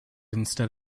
instead